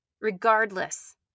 regardless